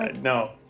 No